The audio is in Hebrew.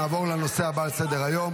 נעבור לנושא הבא על סדר-היום,